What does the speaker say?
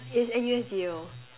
mm is N_U_S Yale